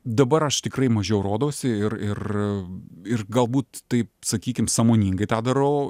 dabar aš tikrai mažiau rodosi ir ir ir galbūt taip sakykim sąmoningai tą darau